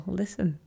listen